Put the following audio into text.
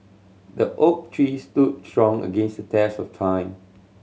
the oak tree stood strong against the test of time